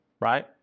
right